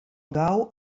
gau